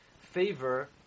favor